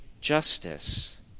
justice